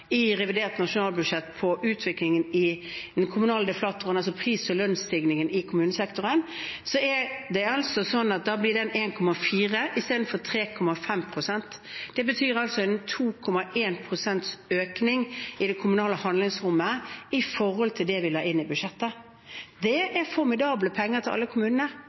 i revidert nasjonalbudsjett om utviklingen i den kommunale deflatoren, altså pris- og lønnsstigningen i kommunesektoren, blir den 1,4 pst. istedenfor 3,5 pst. Det betyr altså 2,1 pst. økning i det kommunale handlingsrommet i forhold til det vi la inn i budsjettet. Det er formidable penger til alle kommunene.